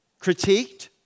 critiqued